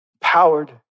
powered